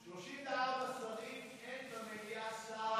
34 שרים ואין במליאה שר.